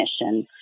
mission